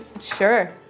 Sure